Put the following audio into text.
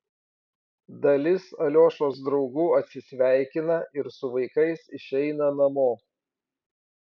dalis aliošos draugų atsisveikina ir su vaikais išeina namo